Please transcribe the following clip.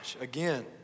again